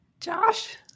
Josh